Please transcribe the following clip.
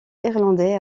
irlandais